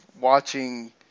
watching